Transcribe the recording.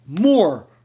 more